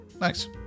Nice